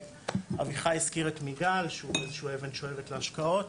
אביחי הזכיר את מיגל שהוא איזושהי אבן שואבת להשקעות.